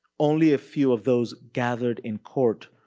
only a few of those gathered in court,